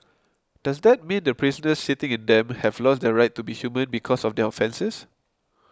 does that mean the prisoners sitting in them have lost their right to be human because of their offences